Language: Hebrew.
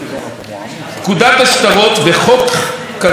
פקודת השטרות וחוק כרטיסי חיוב,